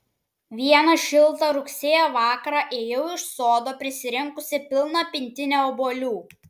vieną šiltą rugsėjo vakarą ėjau iš sodo prisirinkusi pilną pintinę obuolių